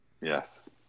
Yes